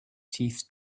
teeth